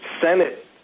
Senate